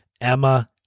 Emma